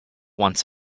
once